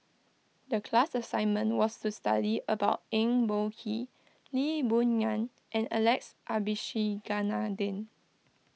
the class assignment was to study about Eng Boh Kee Lee Boon Ngan and Alex Abisheganaden